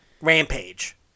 Rampage